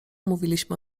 mówiliśmy